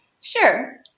Sure